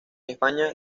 españa